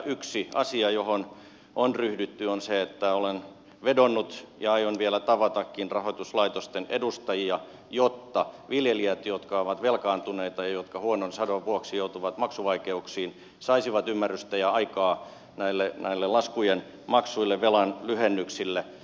yksi asia johon on ryhdytty on se että olen vedonnut rahoituslaitosten edustajiin ja aion vielä tavatakin heitä jotta viljelijät jotka ovat velkaantuneita ja jotka huonon sadon vuoksi joutuvat maksuvaikeuksiin saisivat ymmärrystä ja aikaa näille laskujen maksuille velan lyhennyksille